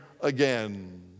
again